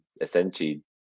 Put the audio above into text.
essentially